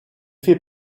fait